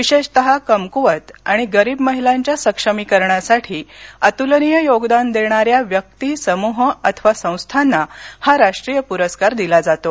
विशेषतः कमक्वत आणि गरीब महिलांच्या सक्षमीकरणासाठी अतुलनीय योगदान देणाऱ्या व्यक्ति समूह अथवा संस्थांना हा राष्ट्रीय पुरस्कार दिला जातो